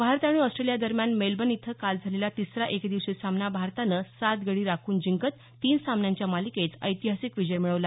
भारत आणि ऑस्ट्रेलियादरम्यान मेलबर्न इथं काल झालेला तिसरा एकदिवसीय सामना भारतानं सात गडी राखून जिंकत तीन सामन्यांच्या मालिकेत ऐतिहासिक विजय मिळवला